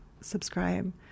subscribe